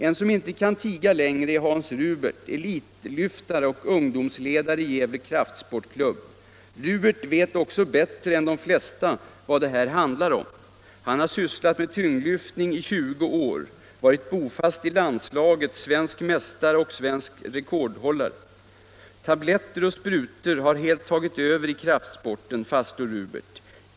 En som inte kan tiga längre är Hans Rubert, elitlyftare och ungdomsledare i Gävle kraftsportklubb. Rubert vet också bättre än de flesta vad det här handlar om. Han har sysslat med tyngdlyftning i 20 år. Varit bofast i landslaget, svensk mästare och svensk rekordhållare. —- Tabletter och sprutor har helt tagit över i kraftsporterna, fastslår Rubert.